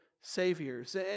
saviors